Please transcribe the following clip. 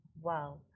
Wow